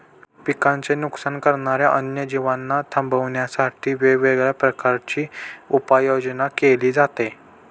पिकांचे नुकसान करणाऱ्या अन्य जीवांना थांबवण्यासाठी वेगवेगळ्या प्रकारची उपाययोजना केली जाते